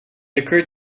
occurred